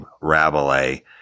Rabelais